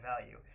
value